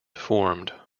formed